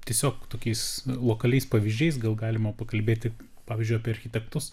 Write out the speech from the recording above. tiesiog tokiais lokaliais pavyzdžiais gal galima pakalbėti pavyzdžiui apie architektus